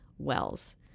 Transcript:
wells